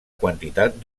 quantitat